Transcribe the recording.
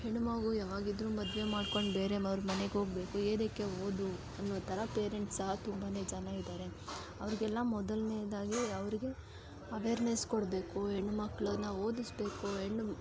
ಹೆಣ್ಣು ಮಗು ಯಾವಾಗಿದ್ದರೂ ಮದುವೆ ಮಾಡ್ಕೊಂಡು ಬೇರೆ ಅವ್ರ ಮನೆಗೆ ಹೋಗ್ಬೇಕು ಏನಕ್ಕೆ ಓದು ಅನ್ನೋ ಥರ ಪೇರೆಂಟ್ಸ್ ಸಹ ತುಂಬಾ ಜನ ಇದಾರೆ ಅವ್ರಿಗೆಲ್ಲ ಮೊದಲನೇದಾಗಿ ಅವ್ರಿಗೆ ಅವೇರ್ನೆಸ್ ಕೊಡಬೇಕು ಹೆಣ್ಣು ಮಕ್ಕಳನ್ನ ಓದಿಸ್ಬೇಕು ಹೆಣ್ಣು